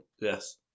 Yes